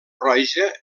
roja